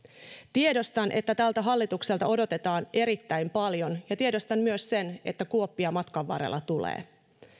tiedostan että tältä hallitukselta odotetaan erittäin paljon ja tiedostan myös sen että kuoppia matkan varrella tulee